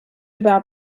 about